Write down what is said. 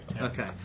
Okay